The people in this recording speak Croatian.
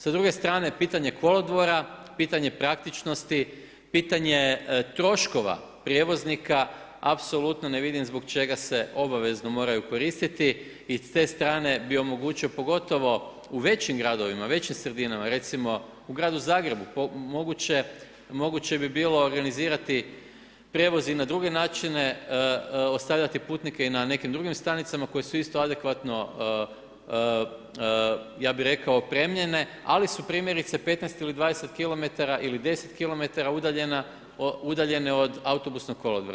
Sa druge strane, pitanje kolodvora, pitanje praktičnosti, pitanje troškova prijevoznika apsolutno ne vidim zbog čega se obavezno moraju koristiti i se te strane bi omogućio, pogotovo u većim gradovima, većim sredinama, recimo u gradu Zagrebu moguće bi bilo organizirati prijevoz i na druge načine, ostavljati putnike i na nekim drugim stanicama koje su isto adekvatno, ja bih rekao opremljene, ali su primjerice 15 ili 20 km ili 10 km udaljene od autobusnog kolodvora.